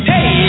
Hey